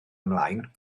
ymlaen